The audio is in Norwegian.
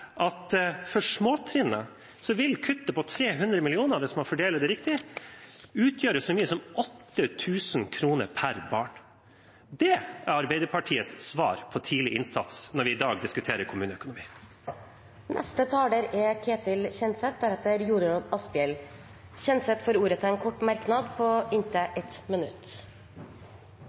at for småtrinnet vil kuttet på 300 mill. kr, hvis man fordeler det riktig, utgjøre så mye som 8 000 kr per barn. Det er Arbeiderpartiets svar på tidlig innsats når vi i dag diskuterer kommuneøkonomi. Representanten Ketil Kjenseth har hatt ordet to ganger tidligere i debatten og får ordet til en kort merknad, begrenset til 1 minutt.